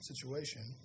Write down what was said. situation